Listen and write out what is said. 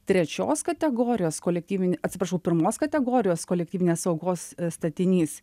trečios kategorijos kolektyvini atsiprašau pirmos kategorijos kolektyvinės saugos statinys